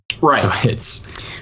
Right